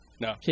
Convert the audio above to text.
No